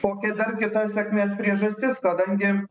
kokia dar kita sėkmės priežastis kadangi